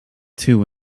two